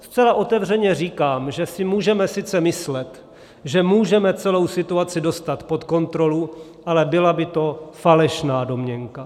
Zcela otevřeně říkám, že si můžeme sice myslet, že můžeme celou situaci dostat pod kontrolu, ale byla by to falešná domněnka.